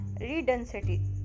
redensity